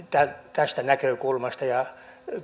tästä näkökulmasta ja